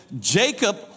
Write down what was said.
Jacob